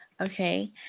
Okay